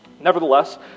Nevertheless